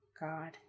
God